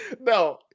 No